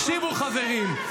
הקשיבו, חברים.